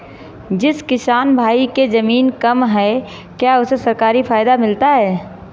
जिस किसान भाई के ज़मीन कम है क्या उसे सरकारी फायदा मिलता है?